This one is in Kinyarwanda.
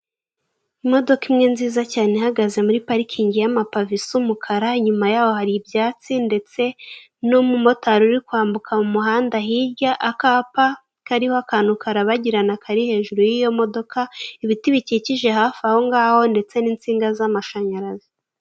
Imodoka imwe nziza cyane ihagaze muri parikingi y'amapave isa umukara, inyuma y'aho hari ibyatsi, ndetse n'umumotari uri kwambuka mu muhanda hirya, akapa kariho akantu karabagirana kari hejuru y'iyo modoka, ibiti bikikije hafi aho ngaho ndetse n'insinga z'amashanyarazi.